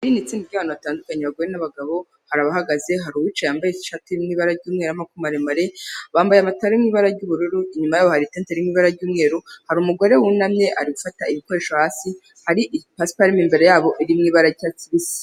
Iri ni itsinda ry'bantu batandukanye, abagore n'abagabo, hari abahagaze, hari uwicaye wambaye ishati iri mu ibara ry'umweru y'amakaboko maremare, bambaye amataburiya ari mu ibara ry'ubururu, inyuma yabo hari itente iri mu bara ry'umweru, hari umugore wunamye ari gufata ibikoresho hasi, hari pasiparamu imbere yabo iri mu ibara ry'icyatsi kibisi.